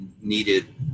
needed